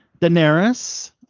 Daenerys